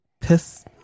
Piss